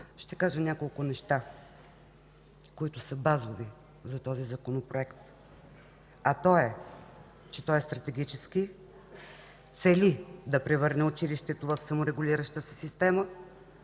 ще кажа няколко неща, които са базови за този законопроект. А те са, че той е стратегически, цели да превърне училището в саморегулираща се система,